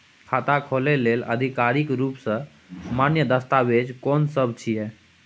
खाता खोले लेल आधिकारिक रूप स मान्य दस्तावेज कोन सब छिए?